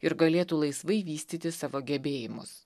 ir galėtų laisvai vystyti savo gebėjimus